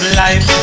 life